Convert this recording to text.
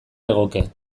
legoke